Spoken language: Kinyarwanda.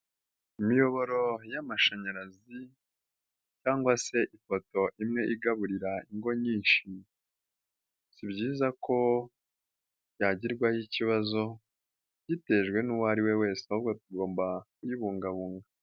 Imiyoboro y'amashanyarazi cyangwa se ipoto imwe igaburira ingo nyinshi, si byiza ko yagirwaho ikibazo gitejwe n'uwo ari we wese ahubwo tugomba kuyibungabunga.